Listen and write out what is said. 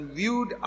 viewed